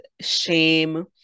shame